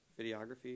videography